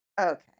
okay